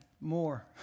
more